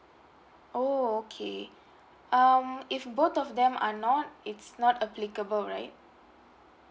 oh okay um if both of them are not it's not applicable right